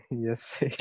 Yes